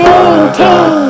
Maintain